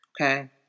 okay